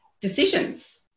decisions